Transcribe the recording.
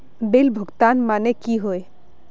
Bill भुगतान माने की होय?